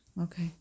Okay